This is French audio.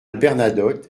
bernadotte